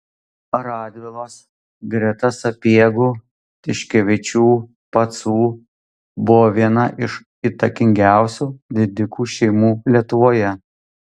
radvilos greta sapiegų tiškevičių pacų buvo viena iš įtakingiausių didikų šeimų lietuvoje